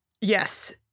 Yes